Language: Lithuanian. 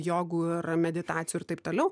jogų meditacijų ir taip toliau